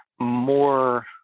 more